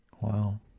Wow